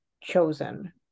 chosen